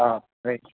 অঁ সেই